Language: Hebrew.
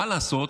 מה לעשות,